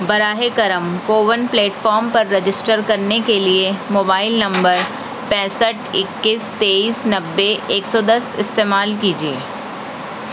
براہ کرم CoWIN platform پر رجسٹر کرنے کے لیے موبائل نمبر پینسٹھ اکیس تیس نوّے ایک سو دس استعمال کیجیے